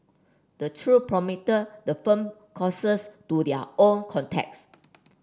the trio promoted the firm courses to their own contacts